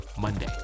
Monday